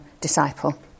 disciple